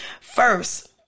first